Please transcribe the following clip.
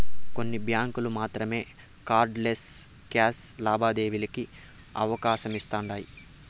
కొన్ని బ్యాంకులు మాత్రమే కార్డ్ లెస్ క్యాష్ లావాదేవీలకి అవకాశమిస్తుండాయ్